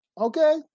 Okay